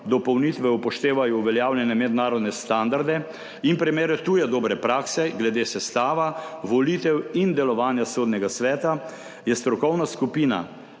dopolnitve upoštevajo uveljavljene mednarodne standarde in primere tuje dobre prakse glede sestava, volitev in delovanja Sodnega sveta, je strokovna skupina